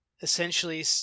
essentially